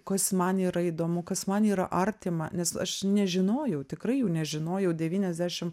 kas man yra įdomu kas man yra artima nes aš nežinojau tikrai jų nežinojau devyniasdešim